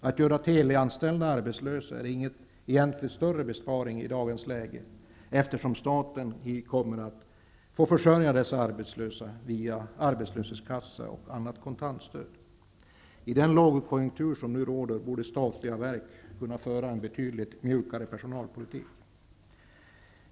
Att göra televerkets anställda arbetslösa innebär egentligen ingen stor besparing i dagens läge, eftersom staten måste försörja dessa arbetslösa via arbetslöshetskassa eller kontantstöd. I den lågkonjunktur som nu råder borde statliga verk kunna föra en betydligt mjukare personalpolitik.